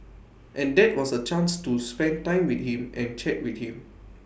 and that was A chance to spend time with him and chat with him